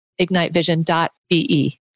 ignitevision.be